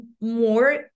more